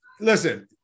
Listen